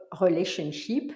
relationship